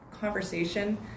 conversation